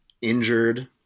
injured